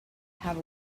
have